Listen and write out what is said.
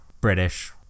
British